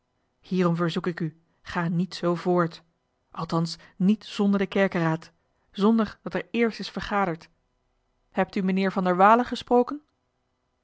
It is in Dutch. hierom verzek ik u ga niet zoo voort althans niet zonder de kerkeraad zonder dat er eerst is vergaderd hebt u meneer van der waele gesproken